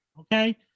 Okay